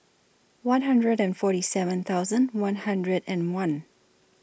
one hundred and forty seven thousand one hundred and one